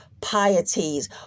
pieties